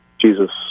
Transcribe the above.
Jesus